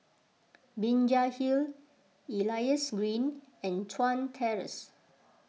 Binjai Hill Elias Green and Chuan Terrace